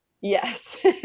yes